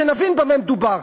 שנבין במה מדובר,